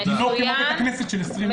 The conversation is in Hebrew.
זה לא כמו בית כנסת של 20 איש.